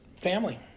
family